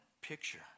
picture